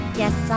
yes